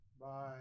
Bye